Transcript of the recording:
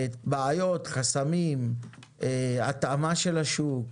בעיות, חסמים, התאמה של השוק,